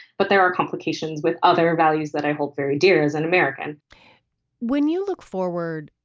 but there are complications with other values that i hold very dear as an american when you look forward